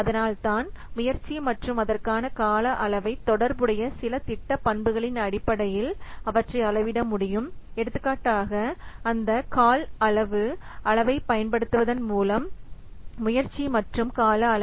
அதனால்தான் முயற்சி மற்றும் அதற்கான கால அளவை தொடர்புடைய சில திட்ட பண்புகளின் அடிப்படையில் அவற்றை அளவிட முடியும் எடுத்துக்காட்டாக அந்த கால் அளவு அளவைப் பயன்படுத்துவதன் மூலம் முயற்சி மற்றும் கால அளவை